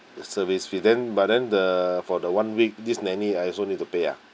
the service fee then but then the for the one week this nanny I also need to pay ah